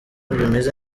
bimeze